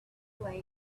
way